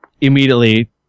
immediately